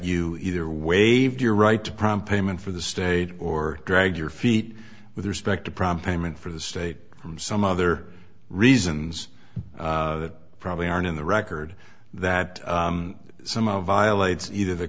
you either waived your right to prompt payment for the state or drag your feet with respect to prom payment for the state from some other reasons that probably aren't in the record that some of violates either the